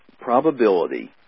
probability